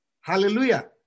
Hallelujah